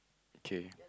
kay